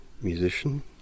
musician